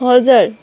हजुर